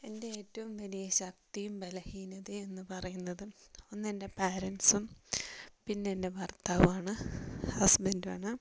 എന്റെ ഏറ്റവും വലിയ ശക്തിയും ബലഹീനതയും എന്ന് പറയുന്നതും ഒന്ന് എന്റെ പേരെന്റ്സും പിന്നെ എന്റെ ഭർത്താവുമാണ് ഹസ്ബന്റുമാണ്